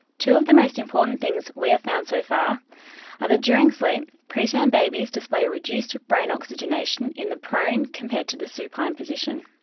two of the most important things we have found so far are that during sleep, preterm babies display reduced brain oxygenation in the prone compared to the supine position.